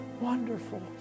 wonderful